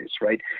right